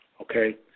Okay